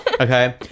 okay